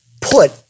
put